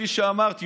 כפי שאמרתי,